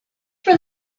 for